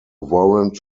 warrant